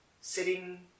sitting